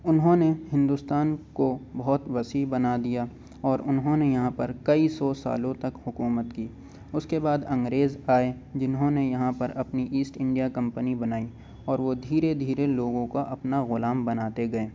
انہوں نے ہندوستان کو بہت وسیع بنا دیا اور انہوں نے یہاں پر کئی سو سالوں تک حکومت کی اس کے بعد انگریز آئے جنہوں نے یہاں پر اپنی ایسٹ انڈیا کمپنی بنائی اور وہ دھیرے دھیرے لوگوں کا اپنا غلام بناتے گئے